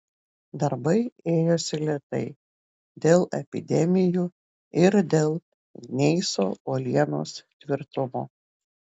darbai ėjosi lėtai dėl epidemijų ir dėl gneiso uolienos tvirtumo